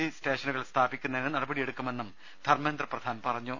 G സ്റ്റേഷനുകൾ സ്ഥാപിക്കുന്നതിന് നടപടിയെടുക്കു മെന്നും ധർമേന്ദ്ര പ്രധാൻ പറഞ്ഞു